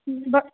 भ